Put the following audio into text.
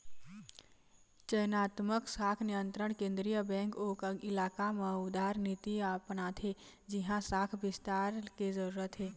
चयनात्मक शाख नियंत्रन केंद्रीय बेंक ओ इलाका म उदारनीति अपनाथे जिहाँ शाख बिस्तार के जरूरत हे